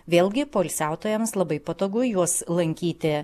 vėlgi poilsiautojams labai patogu juos lankyti